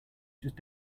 just